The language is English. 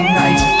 night